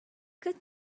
good